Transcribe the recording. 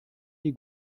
die